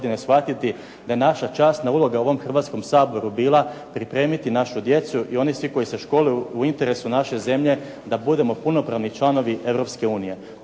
da je naša časna uloga u ovom Hrvatskom saboru bila pripremiti našu djecu i oni svi koji se školuju u interesu naše zemlje da budemo punopravni članovi